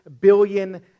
billion